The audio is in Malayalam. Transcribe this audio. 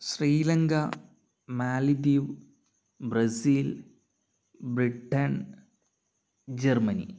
ശ്രീലങ്ക മാലിദ്വീപ് ബ്രസീൽ ബ്രിട്ടൺ ജർമ്മനി